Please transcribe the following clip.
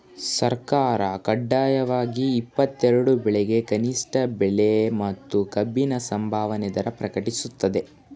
ಸರ್ಕಾರ ಕಡ್ಡಾಯವಾಗಿ ಇಪ್ಪತ್ತೆರೆಡು ಬೆಳೆಗೆ ಕನಿಷ್ಠ ಬೆಲೆ ಮತ್ತು ಕಬ್ಬಿಗೆ ಸಂಭಾವನೆ ದರ ಪ್ರಕಟಿಸ್ತದೆ